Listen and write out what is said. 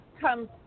come